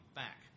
back